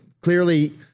clearly